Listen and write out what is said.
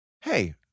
hey